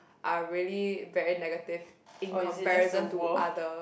are really very negative in comparison to other